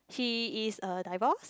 she is a divorce